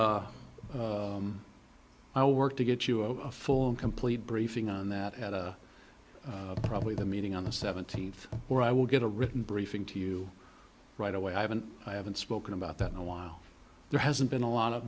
will work to get you a full and complete briefing on that at a probably the meeting on the seventeenth or i will get a written briefing to you right away i haven't i haven't spoken about that in a while there hasn't been a lot of